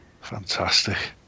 Fantastic